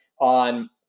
on